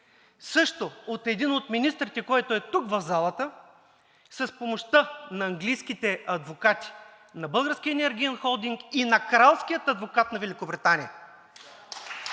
също от един от министрите, който е тук в залата, с помощта на английските адвокати на Българския енергиен холдинг и на Кралския адвокат на Великобритания.